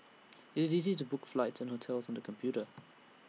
IT is easy to book flights and hotels on the computer